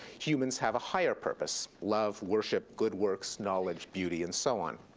humans have a higher purpose, love, worship, good works, knowledge, beauty, and so on.